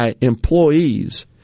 employees